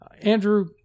Andrew